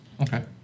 Okay